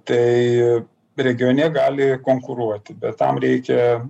tai regione gali konkuruoti bet tam reikia